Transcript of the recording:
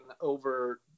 over